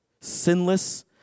sinless